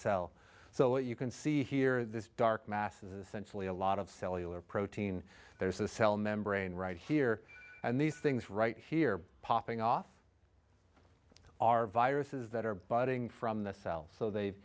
cell so what you can see here this dark mass is essentially a lot of cellular protein there's a cell membrane right here and these things right here popping off are viruses that are budding from the cells so they